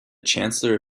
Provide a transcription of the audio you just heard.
chancellor